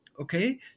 Okay